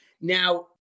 now